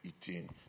eating